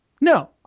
No